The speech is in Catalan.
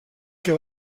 que